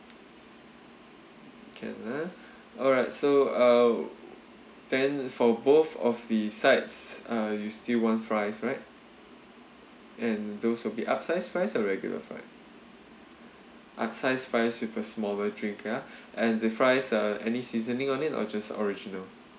can ah alright so uh then for both of the sides uh you still want fries right and those will be upsized fries or regular fries upsize fries with a smaller drink ya and the fries uh any seasoning on it or just original